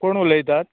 कोण उलयतात